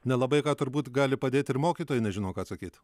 nelabai ką turbūt gali padėt ir mokytojai nežino ką atsakyt